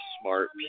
smart